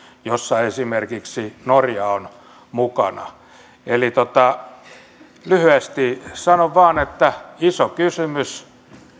jossa esimerkiksi norja on mukana eli lyhyesti sanon vain että iso kysymys